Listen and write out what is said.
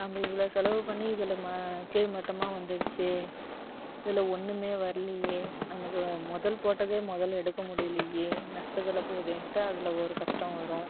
நம்ப இவ்வளோ செலவு பண்ணி இதில் மா கீழ் மட்டமாக வந்திடுச்சே இதில் ஒன்றுமே வரலியே நமக்கு முதல் போட்டதே முதல் எடுக்க முடியலையே நஷ்டத்தில் போகுதேன்ட்டு அதில் ஒரு கஷ்டம் வரும்